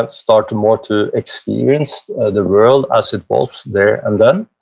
and started more to experience the world as it was there and then,